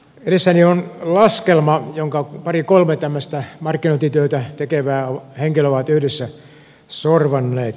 edessäni on laskelma jonka pari kolme tämmöistä markkinointityötä tekevää henkilöä ovat yhdessä sorvanneet